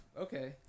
Okay